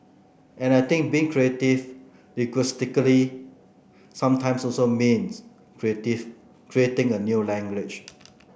and I think being creative linguistically sometimes also means creative creating a new language